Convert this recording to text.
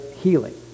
healing